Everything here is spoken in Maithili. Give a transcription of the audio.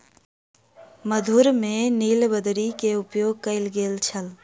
मधुर में नीलबदरी के उपयोग कयल गेल छल